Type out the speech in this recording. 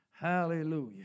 Hallelujah